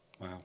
Wow